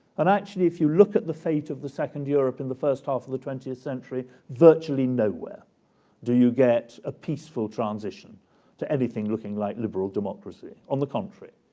and actually, if you look at the fate of the second europe in the first half of the twentieth century, virtually nowhere do you get a peaceful transition to anything looking like liberal democracy. on the contrary.